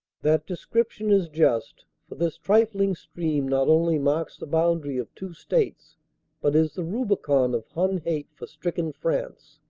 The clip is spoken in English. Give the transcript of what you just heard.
that description is just, for this trifling stream not only marks the boundary of two states but is the rubicon of hun hate for stricken france.